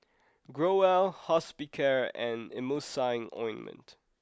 Growell Hospicare and Emulsying Ointment